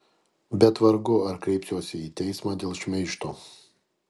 bet vargu ar kreipsiuosi į teismą dėl šmeižto